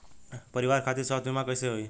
परिवार खातिर स्वास्थ्य बीमा कैसे होई?